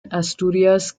asturias